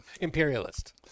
Imperialist